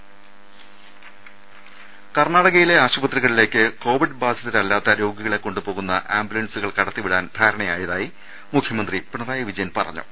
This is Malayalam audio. രുദ കർണാടകയിലെ ആശുപത്രികളിലേക്ക് കോവിഡ് ബാധിതരല്ലാത്ത രോഗികളെ കൊണ്ടു പോകുന്ന ആംബുലൻസുകൾ കടത്തിവിടാൻ ധാരണയായതായി മുഖ്യമന്ത്രി പിണറായി വിജയൻ പറഞ്ഞു